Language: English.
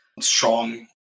strong